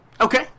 Okay